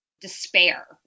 despair